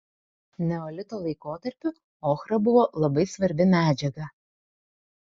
neolito laikotarpiu ochra buvo labai svarbi medžiaga